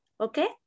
Okay